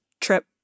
trip